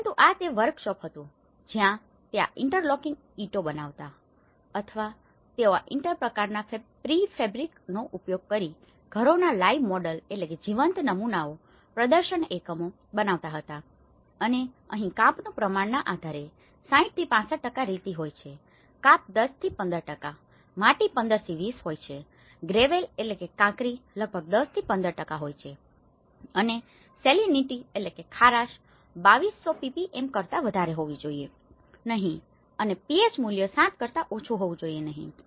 પરંતુ આ તે વર્કશોપ હતું જ્યાં તેઓ આ ઇન્ટરલોકિંગ ઇંટો બનાવતા અથવા તેઓ આ પ્રકારના પ્રીફેબ્રિકેશનનો ઉપયોગ કરીને ઘરોના લાઇવ મોડેલlive models જીવંત નમૂનાઓ પ્રદર્શન એકમો બનાવતા હતા અને અહીં કાંપનુ પ્રમાણના આધારે 60 થી 65 રેતી હોય છે કાંપ 10 થી 15 માટી 15 થી 20 હોય છે ગ્રેવેલgravelકાંકરી લગભગ 10 થી 15 હોય છે અને સેલીનીટીsalinityખારાશ 1200ppm કરતા વધારે હોવી જોઈએ નહીં અને PH મૂલ્ય 7 કરતા ઓછું હોવુ જોઈએ નહીં